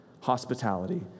hospitality